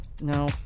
No